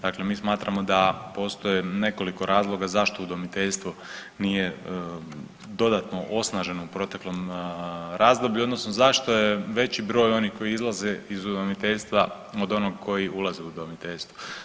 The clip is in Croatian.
Dakle, mi smatramo da postoji nekoliko razloga zašto udomiteljstvo nije dodatno osnaženo u proteklom razdoblju, odnosno zašto je veći broj onih koji izlaze iz udomiteljstva od onog koji ulaze u udomiteljstvo.